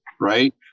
right